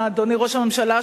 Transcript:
אדוני ראש הממשלה,